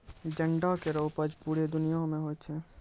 जंडो केरो उपज पूरे दुनिया म होय छै